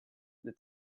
they